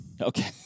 Okay